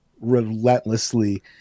relentlessly